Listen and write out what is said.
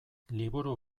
liburu